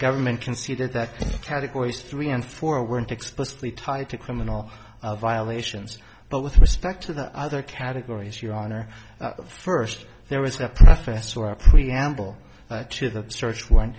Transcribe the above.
government conceded that categories three and four were not explicitly tied to criminal violations but with respect to the other categories your honor first there was a professor a preamble to the search one